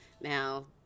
Now